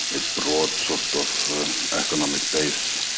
a broad sort of economic base,